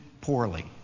poorly